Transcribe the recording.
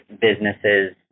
businesses